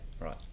right